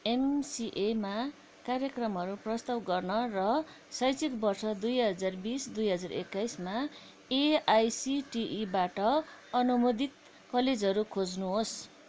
एमसिएमा कार्यक्रमहरू प्रस्ताव गर्न र शैक्षिक वर्ष दुई हजार बिस दुई हजार एक्काइसमा एआईसिटिईबाट अनुमोदित कलेजहरू खोज्नुहोस्